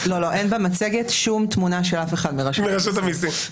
אין במצגת שום תמונה של אף אחד מרשות המיסים.